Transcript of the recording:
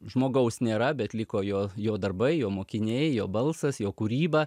žmogaus nėra bet liko jo jo darbai jo mokiniai jo balsas jo kūryba